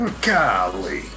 golly